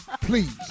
Please